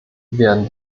werden